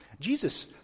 Jesus